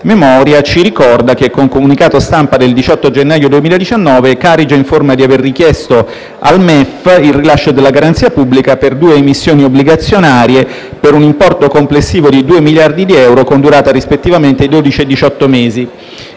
memoria, ci ricorda che, con comunicato stampa del 18 gennaio 2019, Carige informa di aver richiesto al MEF il rilascio della garanzia pubblica per due emissioni obbligazionarie per un importo complessivo di due miliardi di euro, con durata rispettivamente di dodici e